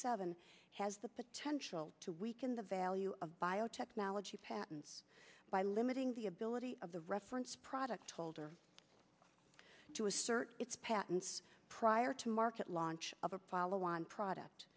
seven has the potential to weaken the value of biotechnology patents by limiting the ability of the reference product holder to assert its patents prior to market launch of apollo one product